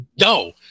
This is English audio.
No